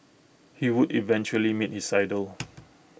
he would eventually meet his idol